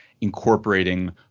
incorporating